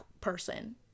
person